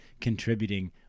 contributing